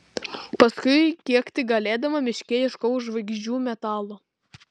paskui kiek tik galėdama miške ieškojau žvaigždžių metalo